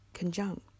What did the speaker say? conjunct